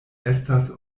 estas